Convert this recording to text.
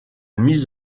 mise